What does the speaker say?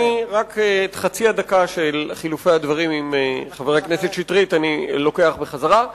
רק את חצי הדקה של חילופי הדברים עם חבר הכנסת שטרית אני לוקח בחזרה.